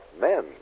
men